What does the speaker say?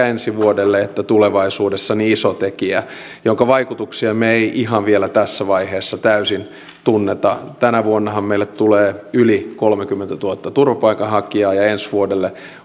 ensi vuodelle että tulevaisuudessa iso tekijä jonka vaikutuksia me emme ihan vielä tässä vaiheessa täysin tunne tänä vuonnahan meille tulee yli kolmekymmentätuhatta turvapaikanhakijaa ja ensi vuodelle